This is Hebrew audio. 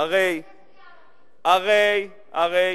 כנסת בלי ערבים.